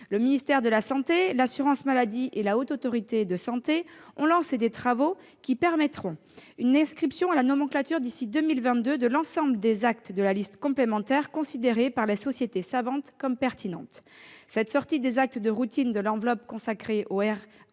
et de la santé, l'assurance maladie et la Haute Autorité de santé ont lancé des travaux qui permettront une inscription à la nomenclature d'ici à 2022 de l'ensemble des actes de la liste complémentaire considérés par les sociétés savantes comme pertinents. Cette sortie des actes de routine de l'enveloppe consacrée au RIHN